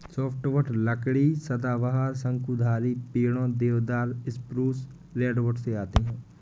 softwood लकड़ी सदाबहार, शंकुधारी पेड़ों, देवदार, स्प्रूस, रेडवुड से आती है